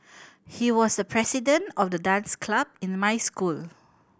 he was the president of the dance club in my school